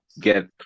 get